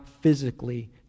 physically